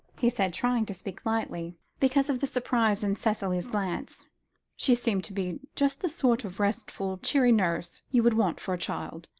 he said, trying to speak lightly, because of the surprise in cicely's glance she seemed to be just the sort of restful, cheery nurse you would want for a child.